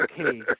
okay